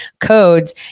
codes